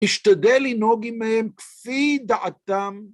‫השתדל לנהוג עמיהם כפי דעתם.